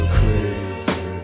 crazy